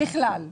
בכלל.